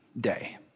day